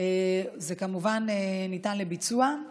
זה כמובן ניתן לביצוע.